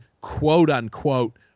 quote-unquote